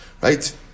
right